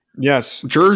Yes